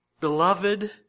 beloved